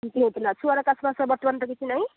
କିଛି ହୋଇଥିଲା ଛୁଆର କାଶ ବାଶ ବର୍ତ୍ତମାନ ତ କିଛି ନାହିଁ